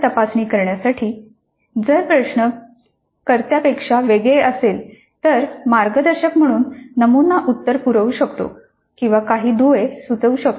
तपासणी करणाऱ्यांसाठी जर प्रश्न करत्यापेक्षा वेगळे असेल तर मार्गदर्शक म्हणून नमुना उत्तर पुरवू शकतो किंवा काही दुवे सुचवू शकतो